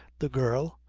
the girl,